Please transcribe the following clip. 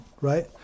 right